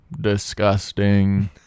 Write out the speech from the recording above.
disgusting